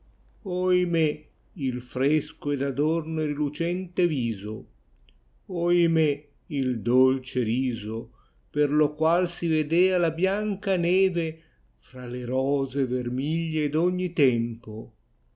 giorno oimè il fresco ed adorno e rilucente viso oimè il dolce riso per lo qual si vedea la bianca neve fra le rose vermiglie d ogni tempo